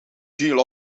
deal